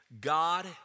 God